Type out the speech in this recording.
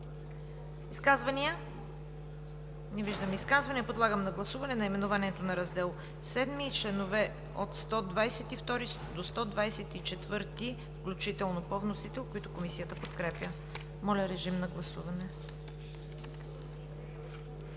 Изказвания? Не виждам изказвания. Подлагам на гласуване наименованието на Раздел VII и членове от 122 до 124 включително по вносител, които Комисията подкрепя. Гласували